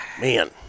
Man